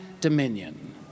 dominion